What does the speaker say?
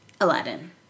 Aladdin